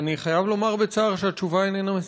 ואני חייב לומר בצער שהתשובה איננה מספקת.